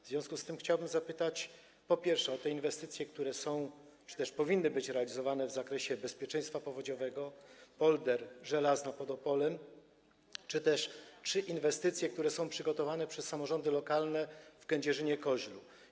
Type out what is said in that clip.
W związku z tym chciałbym zapytać, po pierwsze, o te inwestycje, które są czy też powinny być realizowane w zakresie bezpieczeństwa powodziowego, polder Żelazna pod Opolem, czy też trzy inwestycje, które są przygotowane przez samorządy lokalne w Kędzierzynie-Koźlu.